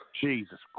Jesus